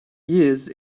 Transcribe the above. years